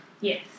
Yes